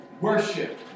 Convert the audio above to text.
worship